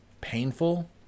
painful